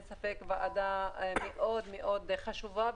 אין ספק שזו ועדה מאוד-מאוד חשובה.